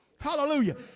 Hallelujah